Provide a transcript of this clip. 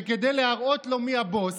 שכדי להראות לו מי הבוס